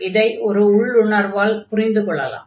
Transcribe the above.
இதை ஓர் உள்ளுணர்வால் புரிந்து கொள்ளலாம்